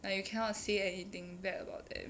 like you cannot say anything bad about them